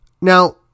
Now